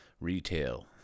Retail